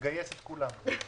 נגייס את כולם.